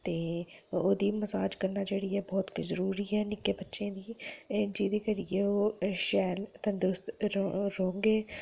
ते routine massage करना जेह्ड़ी ऐ बहुत गै जरूरी ऐ निक्के बच्चें दी जेह्दे करियै ओह् शैल तंदरूस्त रौह्ङन